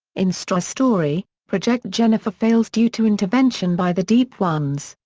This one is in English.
in stross' story, project jennifer fails due to intervention by the deep ones.